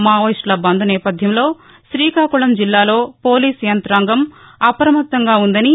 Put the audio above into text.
మావోయిస్టుల బంద్ నేపథ్యంలో రీకాకుళం జిల్లాలో పోలీసు యంతాంగం అప్రమత్తంగా ఉందని